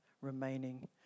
remaining